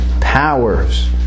powers